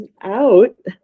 out